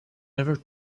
never